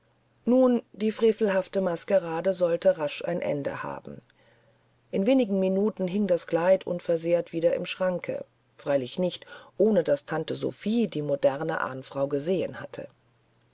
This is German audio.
nun die frevelhafte maskerade sollte rasch ein ende haben in wenigen minuten hing das kleid unversehrt wieder im schranke freilich nicht ohne daß tante sophie die moderne ahnfrau gesehen hatte